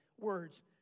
words